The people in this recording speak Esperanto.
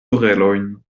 orelojn